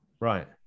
Right